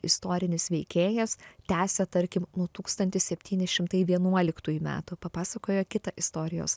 istorinis veikėjas tęsia tarkim nuo tūkstantis septyni šimtai vienuoliktųjų metų papasakoja kitą istorijos